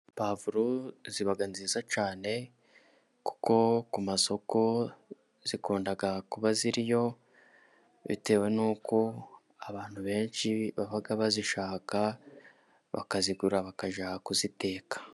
Puwavuro ziba nziza cyane kuko ku masoko zikunda kuba ziriyo, bitewe n'uko abantu benshi baba bazishaka, bakazigura bakajya kuziteka.